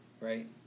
right